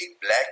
black